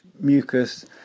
mucus